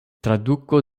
traduko